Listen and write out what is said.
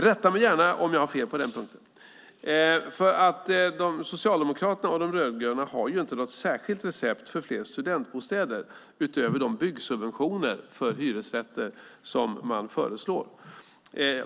Rätta mig gärna om jag har fel på den punkten! Socialdemokraterna och De rödgröna har ju inte något särskilt recept för fler studentbostäder utöver de byggsubventioner för hyresrätter som man föreslår.